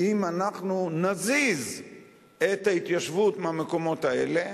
אם אנחנו נזיז את ההתיישבות מהמקומות האלה,